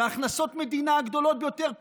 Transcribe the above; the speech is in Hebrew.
עם הכנסות מדינה הגדולות ביותר,